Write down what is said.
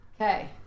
Okay